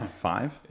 Five